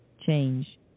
change